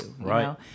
Right